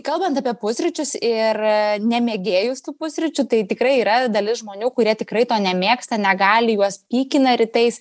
kalbant apie pusryčius ir ne mėgėjus tų pusryčių tai tikrai yra dalis žmonių kurie tikrai to nemėgsta negali juos pykina rytais